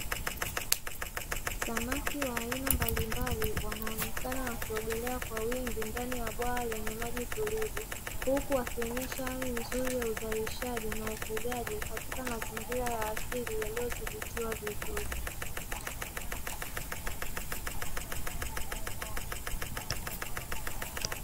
Samaki wa aina mbalimbali, wanaonekana wakiogelea kwa wingi ndani ya bwawa lenye maji tulivu, huku wakionyesha hali nzuri ya uzalishaji na ufugaji katika mazingira ya asili yaliyodhibitiwa vizuri.